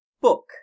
book